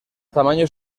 tamaños